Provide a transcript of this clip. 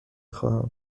خواهم